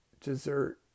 dessert